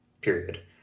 period